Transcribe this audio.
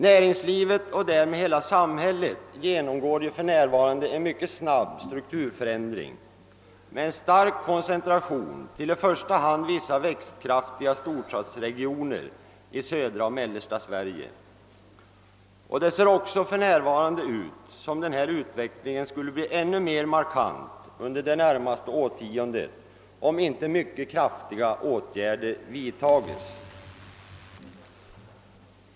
Näringslivet och därmed hela samhället genomgår för närvarande en mycket snabb strukturförändring med en stark koncentration till i första hand vissa växtkraftiga storstadsregioner i södra och mellersta Sverige. Det ser ut som om denna utveckling skulle bli ännu mer markant under det närmaste årtiondet, om inte mycket kraftiga åtgärder vidtages.